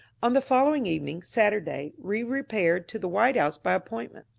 on the following evening, saturday, we repaired to the white house by appointment.